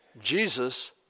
Jesus